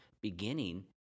beginning